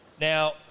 now